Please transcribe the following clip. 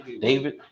David